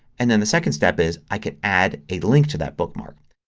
and and the second step is i could add a link to that bookmark.